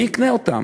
מי יקנה אותן?